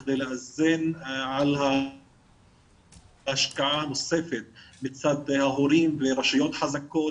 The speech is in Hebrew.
בכדי לאזן על ההשקעה הנוספת לצד ההורים ורשויות חזקות